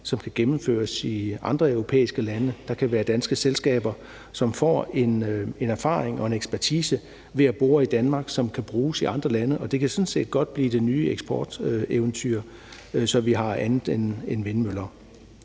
som kan gennemføres i andre europæiske lande. Der kan være danske selskaber, som får en erfaring og en ekspertise ved at bore i Danmark, som kan bruges i andre lande, og det kan sådan set godt blive det nye eksporteventyr, så vi har andet end vindmøller.